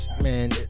Man